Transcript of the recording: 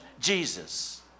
Jesus